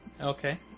Okay